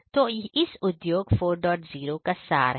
तो यह इस उद्योग 40 का सार है